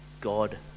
God